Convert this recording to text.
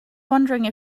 wondering